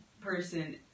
person